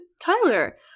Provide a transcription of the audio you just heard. Tyler